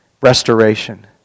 restoration